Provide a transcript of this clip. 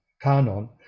canon